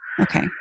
Okay